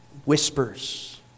Whispers